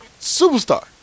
superstar